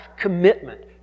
commitment